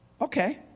Okay